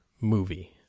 movie